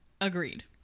Agreed